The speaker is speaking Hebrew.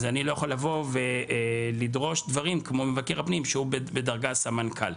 אני לא יכול לבוא לדרוש דברים כמו מבקר הפנים שהוא בדרגת סמנכ"ל.